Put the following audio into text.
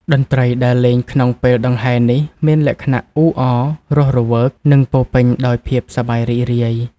តន្ត្រីដែលលេងក្នុងពេលដង្ហែនេះ មានលក្ខណៈអ៊ូអរ រស់រវើក និងពោរពេញដោយភាពសប្បាយរីករាយ